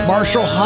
Marshall